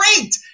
great